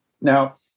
Now